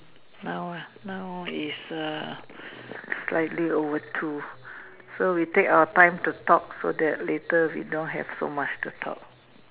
now now is err slightly over two so we take our time to talk so that later we don't have so much to talk